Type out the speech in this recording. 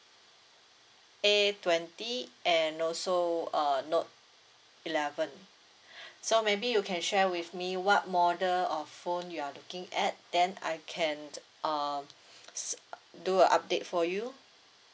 A twenty and also uh note eleven so maybe you can share with me what model of phone you're looking at then I can um do a update for you